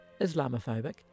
Islamophobic